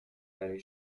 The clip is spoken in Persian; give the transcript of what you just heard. برای